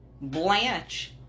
Blanche